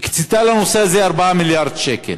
הקצתה לנושא הזה 2 מיליארד שקל